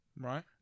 Right